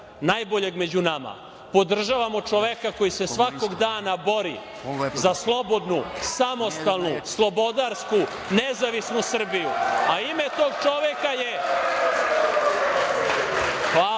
najboljeg među nama. Podržavamo čoveka koji se svakog dana bori za slobodnu, samostalnu, slobodarsku, nezavisnu Srbiju, a ime tog čoveka je Aleksandar